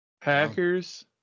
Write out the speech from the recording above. Packers